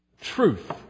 truth